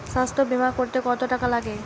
স্বাস্থ্যবীমা করতে কত টাকা লাগে?